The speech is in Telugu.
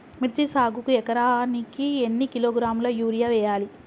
మిర్చి సాగుకు ఎకరానికి ఎన్ని కిలోగ్రాముల యూరియా వేయాలి?